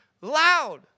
loud